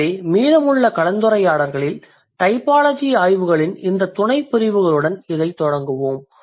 எனவே மீதமுள்ள கலந்துரையாடல்களில் டைபாலஜி ஆய்வுகளின் இந்தத் துணைப்பிரிவுகளுடன் இதைத் தொடங்குவோம்